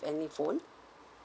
any phone